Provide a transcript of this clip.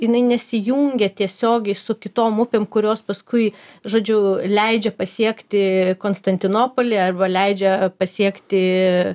jinai nesijungė tiesiogiai su kitom upėm kurios paskui žodžiu leidžia pasiekti konstantinopolį arba leidžia pasiekti